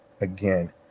again